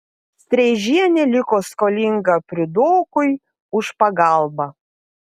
streižienė liko skolinga priudokui už pagalbą